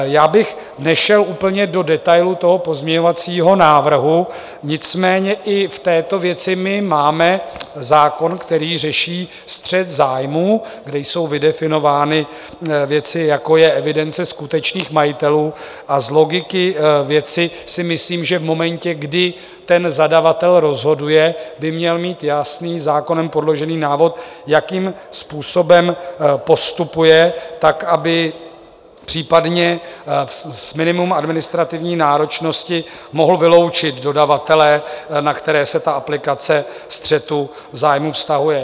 Já bych nešel úplně do detailu toho pozměňujícího návrhu, nicméně i v této věci máme zákon, který řeší střet zájmů, kde jsou vydefinovány věci, jako je evidence skutečných majitelů, a z logiky věci si myslím, že v momentě, kdy zadavatel rozhoduje, by měl mít jasný, zákonem podložený návod, jakým způsobem postupuje tak, aby případně s minimem administrativní náročnosti mohl vyloučit dodavatele, na které se aplikace střetu zájmů vztahuje.